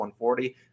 140